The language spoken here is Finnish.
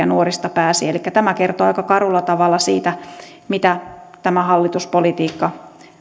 nuorista elikkä tämä kertoo aika karulla tavalla siitä miten tämä hallituspolitiikka